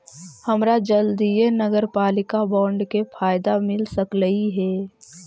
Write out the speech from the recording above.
हमरा जल्दीए नगरपालिका बॉन्ड के फयदा मिल सकलई हे